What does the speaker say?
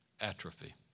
atrophy